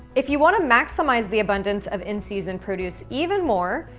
if you wanna maximize the abundance of in-season produce even more,